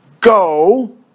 Go